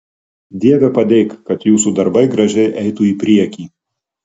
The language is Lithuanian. dieve padėk kad jūsų darbai gražiai eitų į priekį